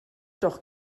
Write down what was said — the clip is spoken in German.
doch